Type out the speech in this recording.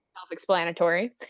self-explanatory